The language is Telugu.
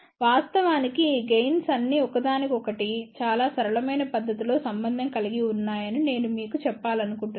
వాస్తవానికి ఈ 3 గెయిన్స్ అన్ని ఒకదానికొకటి చాలా సరళమైన పద్ధతిలో సంబంధం కలిగి ఉన్నాయని నేను మీకు చెప్పాలనుకుంటున్నాను